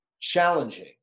challenging